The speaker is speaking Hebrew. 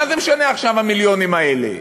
מה זה משנה עכשיו המיליונים האלה?